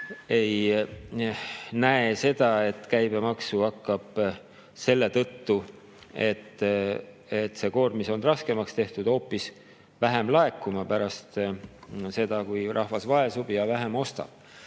ei näe seda, et käibemaksu hakkab selle tõttu, et koormus on raskemaks tehtud, hoopis vähem laekuma, kuna rahvas vaesub ja ostab